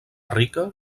rica